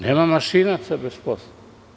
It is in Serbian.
Nema mašinaca bez posla.